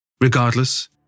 Regardless